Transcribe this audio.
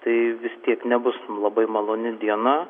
tai vis tiek nebus labai maloni diena